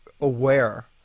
aware